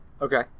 Okay